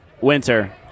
winter